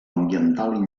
ambiental